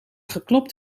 geklopt